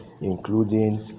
including